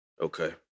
Okay